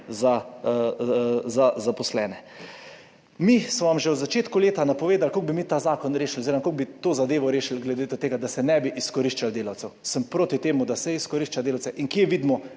za zaposlene. Mi smo vam že v začetku leta napovedali, kako bi mi ta zakon rešili oziroma kako bi to zadevo rešili glede tega, da se ne bi izkoriščali delavcev. Sem proti temu, da se izkorišča delavce. In kje vidimo